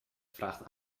vraagt